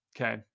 Okay